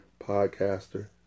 podcaster